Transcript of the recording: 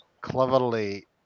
cleverly